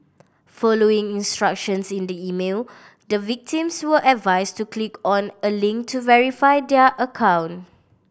following instructions in the email the victims were advised to click on a link to verify their account